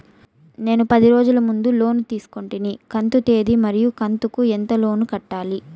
నేను పది రోజుల ముందు లోను తీసుకొంటిని కంతు తేది మరియు కంతు కు ఎంత లోను కట్టాలి?